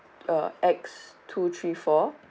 uh X two three four